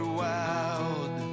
wild